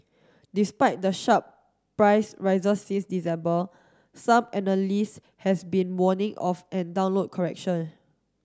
despite the sharp price rises since December some analyst has been warning of a downward correction